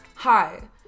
Hi